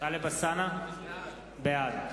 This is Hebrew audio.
טלב אלסאנע, בעד.